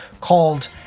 called